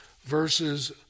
verses